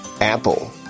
Apple